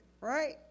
right